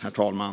Herr talman!